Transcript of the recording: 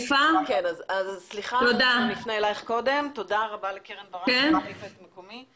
תודה רבה לקרן ברק שהחליפה את מקומי.